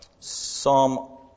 Psalm